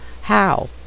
How